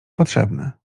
potrzebne